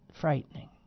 frightening